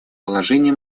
положении